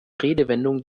redewendungen